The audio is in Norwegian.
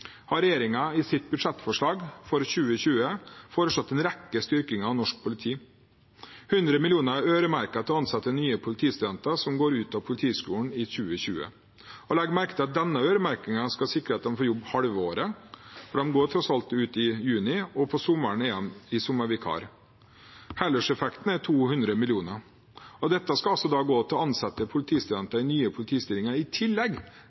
har regjeringen i sitt budsjettforslag for 2020 foreslått en rekke styrkinger av norsk politi. 100 mill. kr er øremerket til å ansette nye politistudenter som går ut av Politihøgskolen i 2020. Legg merke til at denne øremerkingen skal sikre at de får jobb halve året, for de går tross alt ut i juni, og på sommeren er de sommervikarer. Helårseffekten er 200 mill. kr. Dette skal gå til å ansatte politistudenter i nye politistillinger, som kommer i tillegg